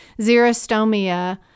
xerostomia